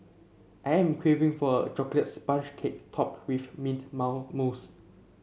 I am craving for a chocolate sponge cake topped with mint mousse